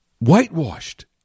whitewashed